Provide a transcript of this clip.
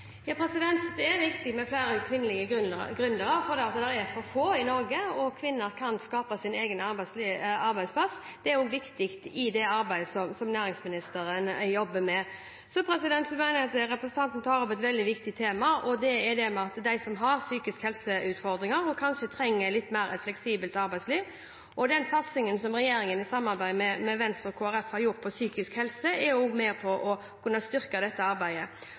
Det er viktig med flere kvinnelige gründere, for det er for få i Norge, og kvinner kan skape sin egen arbeidsplass. Det er også viktig i det arbeidet som næringsministeren jobber med. Så mener jeg at representanten tar opp et veldig viktig tema, og det gjelder dem som har utfordringer med psykisk helse, og som kanskje trenger et litt mer fleksibelt arbeidsliv. Den satsingen som regjeringen i samarbeid med Venstre og Kristelig Folkeparti har gjort når det gjelder psykisk helse, er også med på å kunne styrke dette arbeidet.